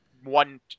one